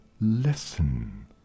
listen